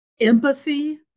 empathy